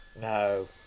No